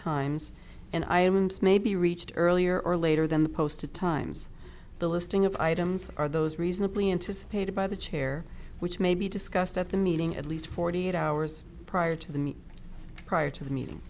times and i may be reached earlier or later than the post a times the listing of items are those reasonably anticipated by the chair which may be discussed at the meeting at least forty eight hours prior to the prior to the meeting